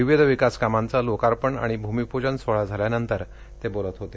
विविध विकासकामांचा लोकार्पण आणि भूमिपूजन सोहळा झाल्यानंतर ते बोलत होते